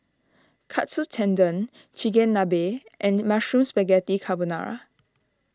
Katsu Tendon Chigenabe and Mushroom Spaghetti Carbonara